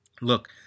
look